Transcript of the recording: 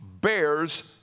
Bears